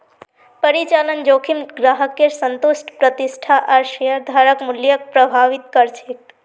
परिचालन जोखिम ग्राहकेर संतुष्टि प्रतिष्ठा आर शेयरधारक मूल्यक प्रभावित कर छेक